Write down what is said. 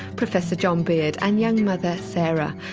professor john beard and young mother sarah.